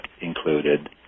included